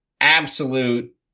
absolute